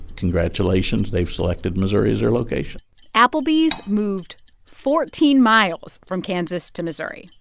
congratulations. they've selected missouri as their location applebee's moved fourteen miles from kansas to missouri,